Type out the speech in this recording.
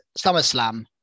SummerSlam